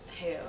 hell